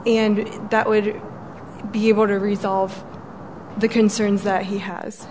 and that would be able to resolve the concerns that he has